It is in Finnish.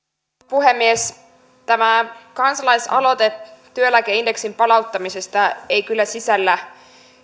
puhemies tämä kansalaisaloite työeläkeindeksin palauttamisesta ei kyllä sisällä